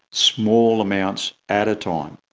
small amounts at a time.